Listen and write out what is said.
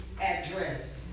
address